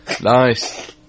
Nice